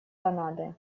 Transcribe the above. канады